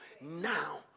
Now